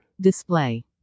Display